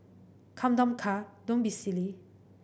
come down car don't be silly